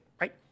right